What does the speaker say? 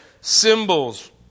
symbols